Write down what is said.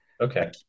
Okay